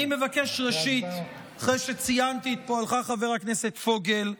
ראשית, אחרי שציינתי את פועלך, חבר הכנסת פוגל,